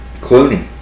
Clooney